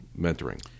mentoring